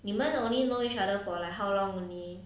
你们 only know each other for like how long only